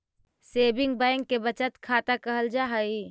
saving bank के बचत खाता कहल जा हइ